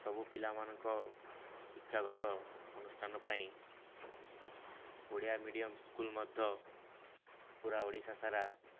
ସବୁ ପିଲାମାନଙ୍କ ଶିକ୍ଷାଗତ ଅନୁଷ୍ଠାନ ପାଇଁ ଓଡ଼ିଆ ମିଡ଼ିୟମ୍ ସ୍କୁଲ୍ ମଧ୍ୟ ପୁରା ଓଡ଼ିଶା ସାରା